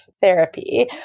therapy